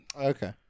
Okay